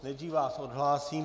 Nejdříve vás odhlásím.